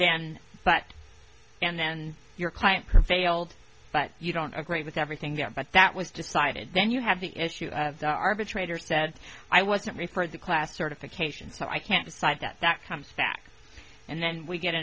then but and then your client prevailed but you don't agree with everything there but that was decided then you have the issue of the arbitrator said i wasn't referred the class certification so i can't decide that that comes back and then we get